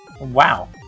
Wow